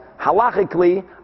halachically